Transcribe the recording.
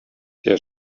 der